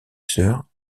sœur